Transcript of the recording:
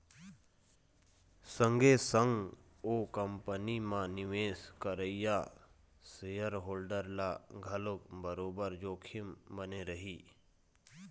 संगे संग ओ कंपनी म निवेश करइया सेयर होल्डर ल घलोक बरोबर जोखिम बने रही